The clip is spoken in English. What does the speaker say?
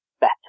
better